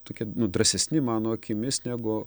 tokie drąsesni mano akimis negu